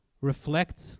reflect